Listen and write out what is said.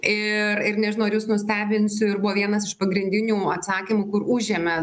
ir ir nežinau ar jus nustebinsiu ir buvo vienas iš pagrindinių atsakymų kur užėmė